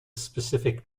specific